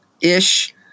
ish